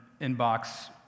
inbox